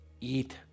Eat